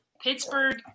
Pittsburgh